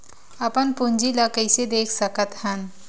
अपन पूंजी ला कइसे देख सकत हन?